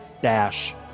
dash